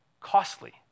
costly